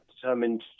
determined